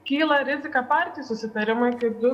kyla rizika partijų susitarimui kaip du